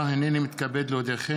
נתקבלה.